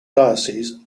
dioceses